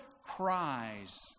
cries